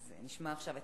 נשמע עכשיו את